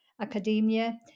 academia